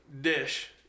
dish